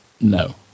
No